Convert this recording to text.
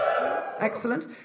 excellent